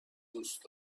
دوست